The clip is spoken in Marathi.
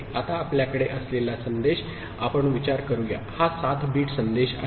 आता आपल्याकडे असलेला संदेश आपण विचार करूया हा 7 बिट संदेश आहे